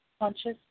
Conscious